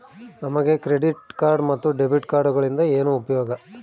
ನಮಗೆ credit card ಮತ್ತು debit ಕಾರ್ಡುಗಳಿಂದ ಏನು ಉಪಯೋಗ?